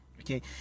okay